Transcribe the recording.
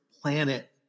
planet